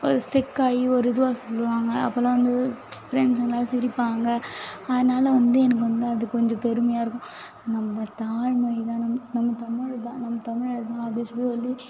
ஒரு ஸ்ட்ரெக்காகி ஒரு இதுவாக சொல்லுவாங்க அப்போலாம் வந்து ப்ரண்ட்ஸுங்க எல்லாம் சிரிப்பாங்க அதனால் வந்து எனக்கு வந்து அது கொஞ்சம் பெருமையாக இருக்கும் நம்ப தாய்மொழி தான் நம் நம்ம தமிழ் தான் நம்ம தமிழர் தான் அப்படின்னு சொல்லி